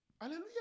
Hallelujah